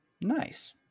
Nice